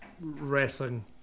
wrestling